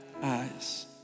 eyes